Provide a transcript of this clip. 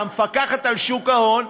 והמפקחת על שוק ההון,